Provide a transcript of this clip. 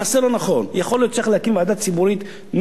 יכול להיות שצריך להקים ועדה ציבורית נוסח ששינסקי,